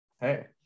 hey